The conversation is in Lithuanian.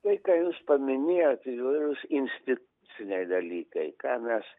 tai ką jūs paminėjot įvairūs instituciniai dalykai ką mes